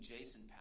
Jason